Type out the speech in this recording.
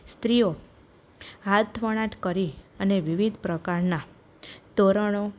સ્ત્રીઓ હાથવણાટ કરી અને વિવિધ પ્રકારનાં તોરણો